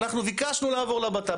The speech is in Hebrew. אנחנו ביקשנו לעבור לבט"פ,